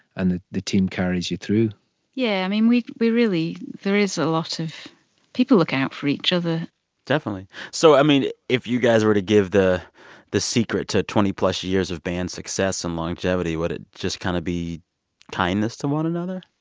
and the the team carries you through yeah, i mean, we we really there is a lot of people look out for each other definitely. so i mean, if you guys were to give the the secret to twenty plus years of band success and longevity, would it just kind of be kindness to one another?